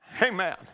Amen